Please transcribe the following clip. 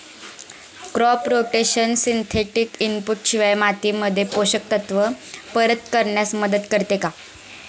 Crop rotation synthetic input शिवाय मातीमध्ये पोषक तत्त्व परत करण्यास मदत करते का?